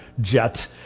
jet